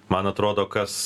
man atrodo kas